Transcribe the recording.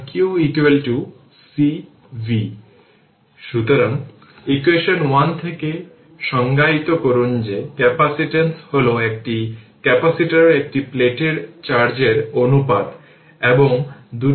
তাই ইন্ডাক্টর কারেন্টের এক্সপ্রেশন হল যে i L t i L 0 e এর পাওয়ার t τ যা আমরা জানি